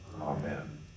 amen